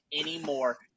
anymore